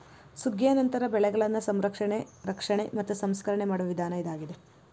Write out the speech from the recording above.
ಸುಗ್ಗಿಯ ನಂತರ ಬೆಳೆಗಳನ್ನಾ ಸಂರಕ್ಷಣೆ, ರಕ್ಷಣೆ ಮತ್ತ ಸಂಸ್ಕರಣೆ ಮಾಡುವ ವಿಧಾನ ಇದಾಗಿದೆ